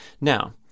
Now